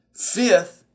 Fifth